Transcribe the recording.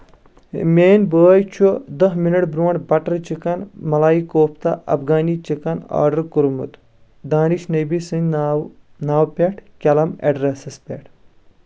میٲنۍ بٲے چھُ دہ مِنٹ بروٚنٛہہ butter chicken malai kofta Afghani chicken order کوٚرمُت دانش نبی سٕنٛدۍ ناوٕ ناو پٮ۪ٹھ کٮ۪لَم ایٚڈرَسس پٮ۪ٹھ